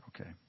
Okay